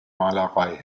malerei